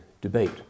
debate